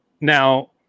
Now